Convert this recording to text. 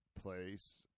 place